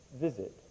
visit